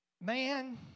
Man